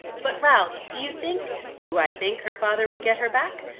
but, ralph, do you think do i think her father will get her back?